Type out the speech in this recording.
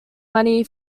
money